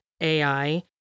AI